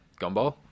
gumball